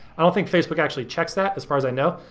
i don't think facebook actually checks that, as far as i know,